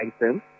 items